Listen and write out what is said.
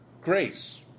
Grace